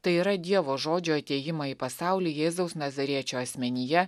tai yra dievo žodžio atėjimą į pasaulį jėzaus nazariečio asmenyje